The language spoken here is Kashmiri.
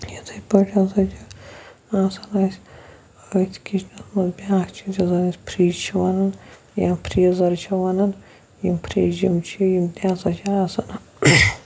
یِتھَے پٲٹھۍ ہَسا چھِ آسان اَسہِ أتھۍ کِچنَس منٛز بیٛاکھ چیٖز یتھ زن أسۍ فِرٛج چھِ وَنان یا فِرٛیٖزَر چھِ وَنان یِم فِرٛج یِم چھِ یِم تہِ ہَسا چھِ آسان